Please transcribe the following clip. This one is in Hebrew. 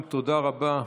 תודה רבה.